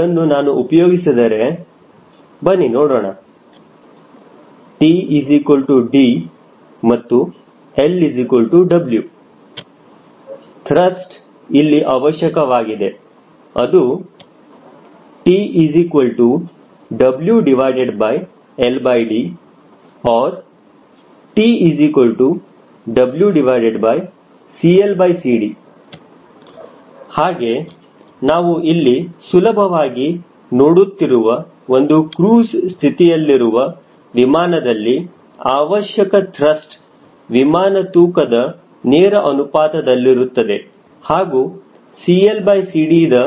ಇದನ್ನು ನಾನು ಉಪಯೋಗಿಸಿದರೆ ಬನ್ನಿ ನೋಡೋಣ T D and L W thrust ಇಲ್ಲಿ ಅವಶ್ಯಕವಾಗಿದೆ ಅದು TWLD or TWCLCD ಹಾಗೆ ನಾವು ಇಲ್ಲಿ ಸುಲಭವಾಗಿ ನೋಡುತ್ತಿರುವ ಒಂದು ಕ್ರೂಜ್ ಸ್ಥಿತಿಯಲ್ಲಿರುವ ವಿಮಾನದಲ್ಲಿ ಅವಶ್ಯಕ ತ್ರಸ್ಟ್ ವಿಮಾನ ತೂಕದ ನೇರ ಅನುಪಾತದಲ್ಲಿರುತ್ತದೆ ಹಾಗೂ CLCD ದ